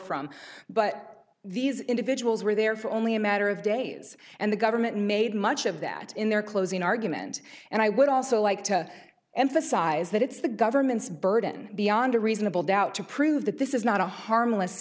from but these individuals were there for only a matter of days and the government made much of that in their closing argument and i would also like to emphasize that it's the government's burden beyond a reasonable doubt to prove that this is not a harmless